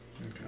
Okay